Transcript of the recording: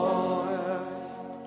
Lord